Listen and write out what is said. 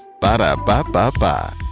Ba-da-ba-ba-ba